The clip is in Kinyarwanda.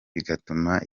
bigatuma